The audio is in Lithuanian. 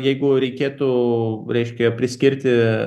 jeigu reikėtų reiškia priskirti